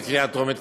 קריאה טרומית.